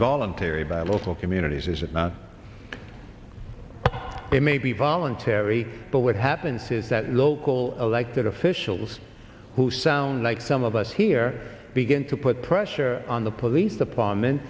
voluntary by local communities as of now it may be voluntary but what happens is that local all alike that officials who sound like some of us here begin to put pressure on the police department